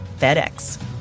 FedEx